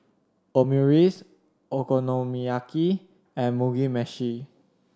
Omurice Okonomiyaki and Mugi Meshi